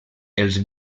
els